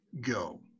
go